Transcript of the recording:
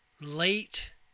Late